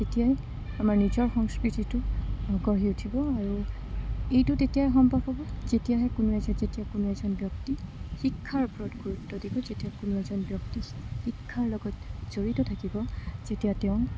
তেতিয়াই আমাৰ নিজৰ সংস্কৃতিটো গঢ়ি উঠিব আৰু এইটো তেতিয়াই সম্ভৱ হ'ব যেতিয়াহে কোনো এজন যেতিয়া কোনো এজন ব্যক্তি শিক্ষাৰ ওপৰত গুৰুত্ব দিব যেতিয়া কোনো এজন ব্যক্তি শিক্ষাৰ লগত জড়িত থাকিব যেতিয়া তেওঁ